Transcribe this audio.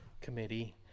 committee